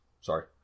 Sorry